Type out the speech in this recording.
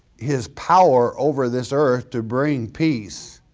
his power over this earth to bring peace,